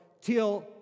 till